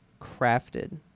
crafted